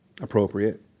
appropriate